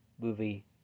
movie